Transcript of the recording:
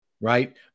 right